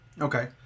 Okay